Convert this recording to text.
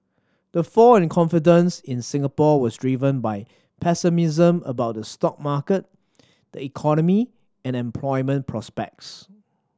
the fall in confidence in Singapore was driven by pessimism about the stock market the economy and employment prospects